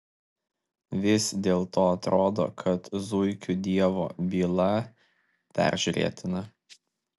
vis dėlto atrodo kad zuikių dievo byla peržiūrėtina